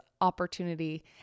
opportunity